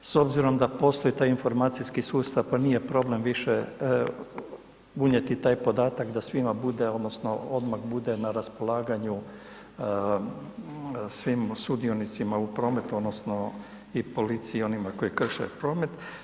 S obzirom da postoji taj informacijski sustav, pa nije više unijeti tak podatak da svima bude odnosno odmah bude na raspolaganju svim sudionicima u prometu odnosno i policiji i onima koji krše promet.